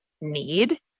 need